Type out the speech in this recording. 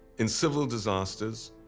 in civil disasters